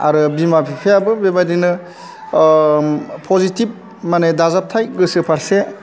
आरो बिमा बिफायाबो बेबायदिनो पजिटिभ माने दाजाबथाइ गोसो फारसे